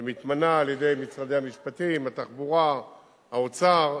שמתמנה על-ידי משרדי המשפטים, התחבורה והאוצר.